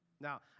Now